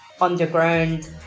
underground